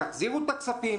תחזירו את הכספים.